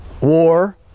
war